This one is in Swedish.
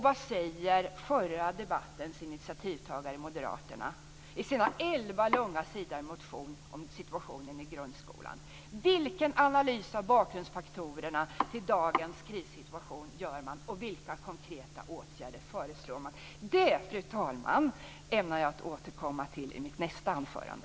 Vad säger förra debattens initiativtagare, moderaterna, i sin elva sidor långa motion om situationen i grundskolan? Vilken analys av bakgrundsfaktorerna till dagens krissituation gör man? Vilka konkreta åtgärder föreslår man? Det, fru talman, ämnar jag att återkomma till i mitt nästa anförande.